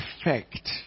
effect